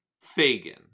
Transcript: Fagin